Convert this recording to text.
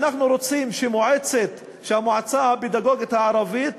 שאנחנו רוצים שהמועצה הפדגוגית הערבית